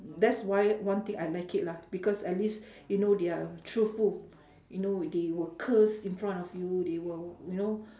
that's why one thing I like it lah because at least you know they are truthful you know they will curse in front of they will you know